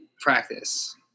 practice